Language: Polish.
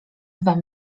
wam